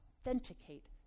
authenticate